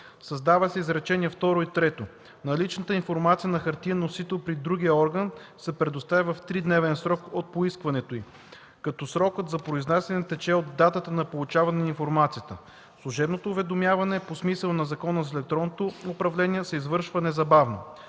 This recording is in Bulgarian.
създават се изречения второ и трето: „Наличната информация на хартиен носител при другия орган се предоставя в тридневен срок от поискването й, като срокът за произнасяне тече от датата на получаване на информацията. Служебното уведомяване по смисъла на Закона за електронното управление се извършва незабавно”